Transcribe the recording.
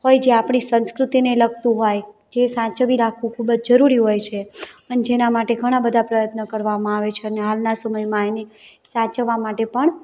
હોય જે આપણી સંસ્કૃતિને લગતું હોય જે સાચવી રાખવું ખૂબ જ જરૂરી હોય છે અને જેના માટે ઘણા બધા પ્રયત્નો કરવામાં આવે છે અને આવનારા સમયમાં એને સાચવવા માટે પણ